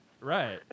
Right